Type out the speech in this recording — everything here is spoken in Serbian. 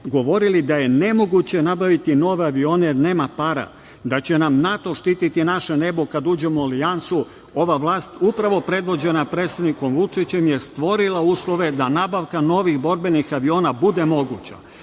govorili da je nemoguće nabaviti nove avione jer nema para, da će nam NATO štititi naše nebo kad uđemo u Alijansu, ova vlast upravo predvođena predsednikom Vučićem je stvorila uslove da nabavka novih borbenih aviona bude